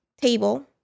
table